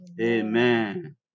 Amen